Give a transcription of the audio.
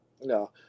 no